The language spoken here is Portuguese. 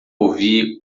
ouvi